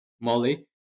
Molly